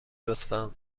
لطفا